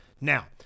Now